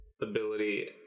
ability